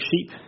sheep